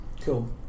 Cool